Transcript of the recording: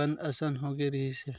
बंद असन होगे रिहिस हे